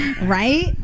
right